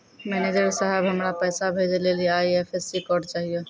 manager साहब, हमरा पैसा भेजै लेली आई.एफ.एस.सी कोड चाहियो